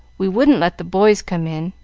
we wouldn't let the boys come in.